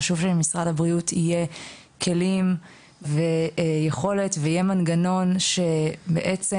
חשוב שלמשרד הבריאות יהיה כלים ויכולת ויהיה מנגנון שעושה